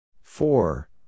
Four